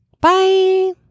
Bye